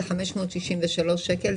זה 563 שקל.